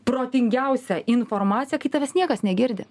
protingiausią informaciją kai tavęs niekas negirdi